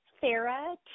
Sarah